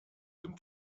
dem